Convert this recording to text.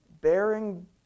bearing